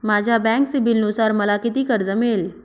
माझ्या बँक सिबिलनुसार मला किती कर्ज मिळेल?